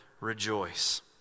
rejoice